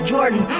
Jordan